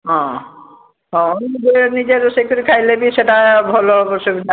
ହଁ ହଁ ନିଜେ ନିଜେ ରୋଷେଇ କରି ଖାଇଲେ ବି ସେଇଟା ଭଲ